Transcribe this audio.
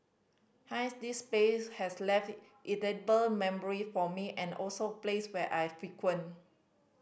hence this place has left it indelible memory for me and also place where I frequent